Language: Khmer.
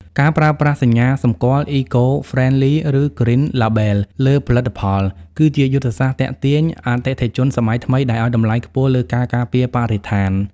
ការប្រើប្រាស់សញ្ញាសម្គាល់ "Eco-Friendly" ឬ "Green Label" លើផលិតផល គឺជាយុទ្ធសាស្ត្រទាក់ទាញអតិថិជនសម័យថ្មីដែលឱ្យតម្លៃខ្ពស់លើការការពារបរិស្ថាន។